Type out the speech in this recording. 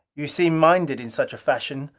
you seem minded in such a fashion.